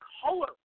color